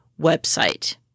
website